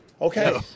Okay